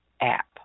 app